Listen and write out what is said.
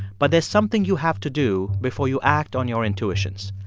but there's something you have to do before you act on your intuitions.